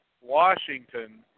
Washington